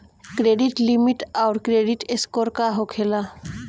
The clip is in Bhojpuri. क्रेडिट लिमिट आउर क्रेडिट स्कोर का होखेला?